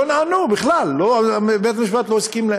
לא נענו בכלל, בית-המשפט לא הסכים.